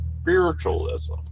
spiritualism